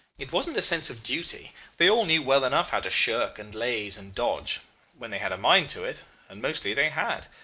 it wasn't a sense of duty they all knew well enough how to shirk, and laze, and dodge when they had a mind to it and mostly they had.